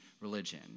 religion